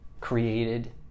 created